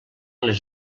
les